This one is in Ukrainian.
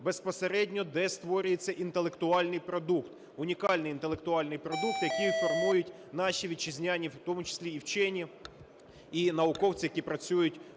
безпосередньо де створюється інтелектуальний продукт, унікальний інтелектуальний продукт, який формують наші вітчизняні, в тому числі і вчені, і науковці, які працюють